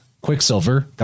quicksilver